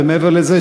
ומעבר לזה,